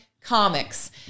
comics